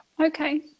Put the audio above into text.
Okay